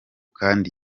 kandi